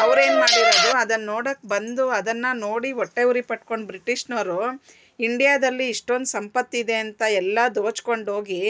ಅವ್ರೇನು ಮಾಡಿರೋದು ಅದನ್ನು ನೋಡೊಕೆ ಬಂದು ಅದನ್ನು ನೋಡಿ ಹೊಟ್ಟೆ ಉರಿ ಪಟ್ಕೊಂಡು ಬ್ರಿಟಿಷ್ನವರು ಇಂಡಿಯಾದಲ್ಲಿ ಇಷ್ಟೊಂದು ಸಂಪತ್ತಿದೆ ಅಂತ ಎಲ್ಲ ದೋಚಿಕೊಂಡೋಗಿ